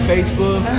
Facebook